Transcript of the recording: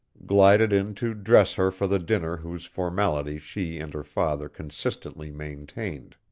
glided in to dress her for the dinner whose formality she and her father consistently maintained.